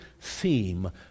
theme